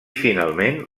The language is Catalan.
finalment